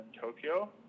Tokyo